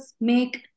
make